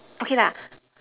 okay lah